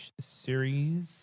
series